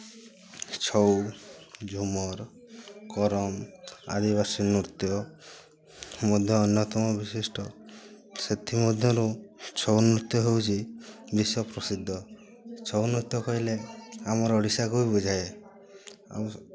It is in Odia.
ଛଉ ଝୁମର୍ କରନ୍ ଆଦିବାସୀ ନୃତ୍ୟ ମଧ୍ୟ ଅନ୍ୟତମ ବିଶିଷ୍ଟ ସେଥିମଧ୍ୟରୁ ଛଉ ନୃତ୍ୟ ହେଉଛି ବିଶ୍ୱ ପ୍ରସିଦ୍ଧ ଛଉ ନୃତ୍ୟ କହିଲେ ଆମର ଓଡ଼ିଶାକୁ ହିଁ ବୁଝାଏ ଆଉ